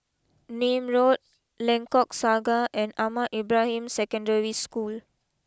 Nim Road Lengkok Saga and Ahmad Ibrahim Secondary School